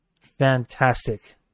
fantastic